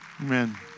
Amen